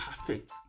perfect